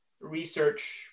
research